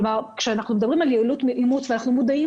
כשאנחנו מדברים על יעילות ואימוץ אנחנו מודעים